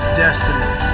destiny